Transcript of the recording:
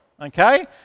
okay